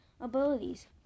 Abilities